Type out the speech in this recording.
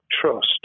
trust